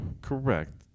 Correct